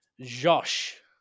Josh